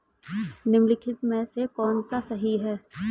निम्नलिखित में से कौन सा सही है?